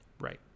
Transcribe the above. Right